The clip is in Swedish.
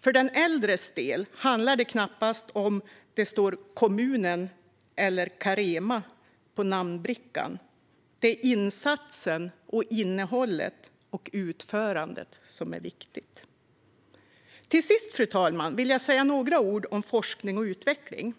För den äldres del handlar det knappast om att det står kommunens namn eller Carema på namnbrickan. Det är insatsen, innehållet och utförandet som är det viktiga. Till sist, fru talman, vill jag säga några ord om forskning och utveckling.